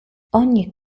ogni